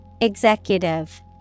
Executive